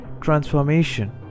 transformation